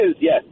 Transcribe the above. yes